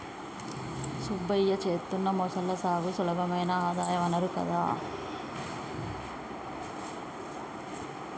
సుబ్బయ్య చేత్తున్న మొసళ్ల సాగు సులభమైన ఆదాయ వనరు కదా